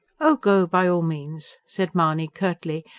oh, go, by all means! said mahony curtly,